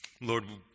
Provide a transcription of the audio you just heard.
Lord